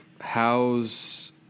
How's